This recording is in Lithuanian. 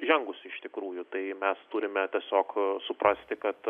žengus iš tikrųjų tai mes turime tiesiog suprasti kad